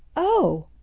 oh!